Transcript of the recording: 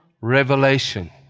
revelation